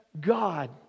God